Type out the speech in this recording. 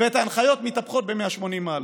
וההנחיות מתהפכות ב-180 מעלות.